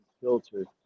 filtered